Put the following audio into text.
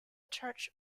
church